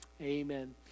amen